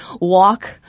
walk